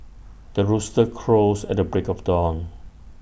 the rooster crows at the break of dawn